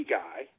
guy